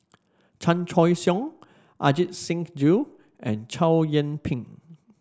Chan Choy Siong Ajit Singh Gill and Chow Yian Ping